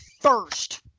first